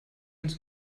uns